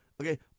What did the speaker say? Okay